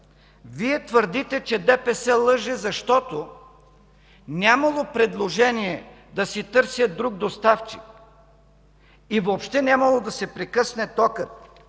Вие твърдите, че ДПС лъже, защото нямало предложение да си търсят друг доставчик и въобще нямало да се прекъсне токът.